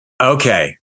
Okay